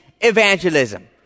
evangelism